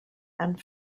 and